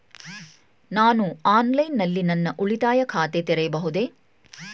ನಾನು ಆನ್ಲೈನ್ ನಲ್ಲಿ ನನ್ನ ಉಳಿತಾಯ ಖಾತೆ ತೆರೆಯಬಹುದೇ?